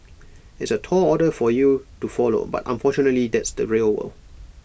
it's A tall order for you to follow but unfortunately that's the real world